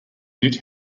knit